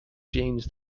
genes